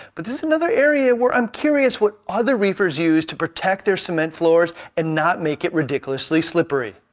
but this is another area where i'm curious what other reefers use to protect their cement floors and not make it ridiculously slippery.